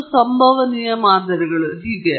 ನಿರ್ಣಾಯಕ ಪದ್ಯಗಳು ಸಂಭವನೀಯ ಮಾದರಿಗಳು ಮತ್ತು ಹೀಗೆ